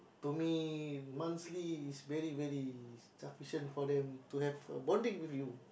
to me monthly is very very sufficient for them to have a bonding with you